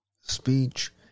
speech